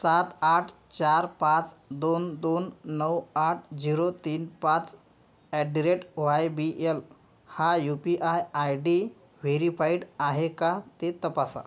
सात आठ चार पाच दोन दोन नऊ आठ झिरो तीन पाच at the rate Y B L हा U P I I D verified आहे का ते तपासा